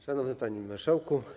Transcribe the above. Szanowny Panie Marszałku!